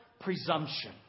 presumption